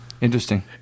Interesting